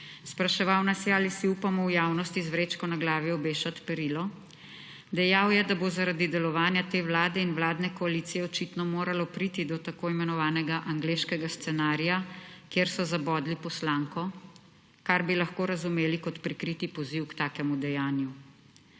Spraševal nas je ali si upamo v javnosti z vrečko na glavi obešati perilo. Dejal je, da bo zaradi delovanja te Vlade in vladne koalicije očitno moralo priti do tako imenovanega angleškega scenarija, kjer so zabodli poslanko, kar bi lahko razumeli kot prikriti poziv k takemu dejanju.